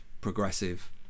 progressive